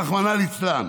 רחמנא ליצלן.